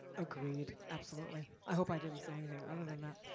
agreed, absolutely. i hope i didn't say anything other than that.